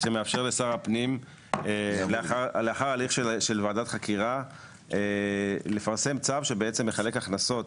שמאפשר לשר הפנים לאחר הליך של ועדת חקירה לפרסם צו שמחלק הכנסות